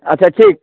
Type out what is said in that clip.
अच्छा ठीक